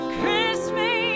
Christmas